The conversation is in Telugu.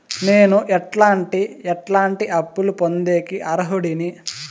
నేను ఎట్లాంటి ఎట్లాంటి అప్పులు పొందేకి అర్హుడిని?